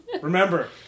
Remember